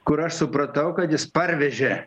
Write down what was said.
kur aš supratau kad jis parvežė